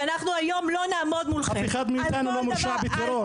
ואנחנו היום לא נעמוד מולכם -- אף אחד מאיתנו לא מורשע בטרור.